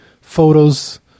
photos